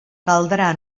caldrà